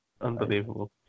Unbelievable